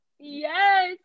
yes